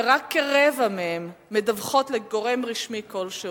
ורק כרבע מהן מדווחות לגורם רשמי כלשהו.